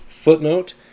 Footnote